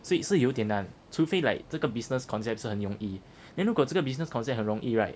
所以是有点难除非 like 这个 business concept 是很容易 then 如果这个 business concept 很容易 right